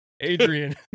Adrian